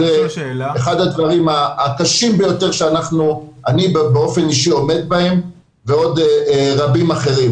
זה אחד הדברים הקשים ביותר שאני באופן אישי עומד בהם ועוד רבים אחרים.